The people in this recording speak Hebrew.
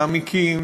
מעמיקים,